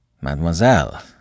Mademoiselle